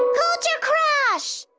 culturecrash!